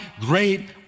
great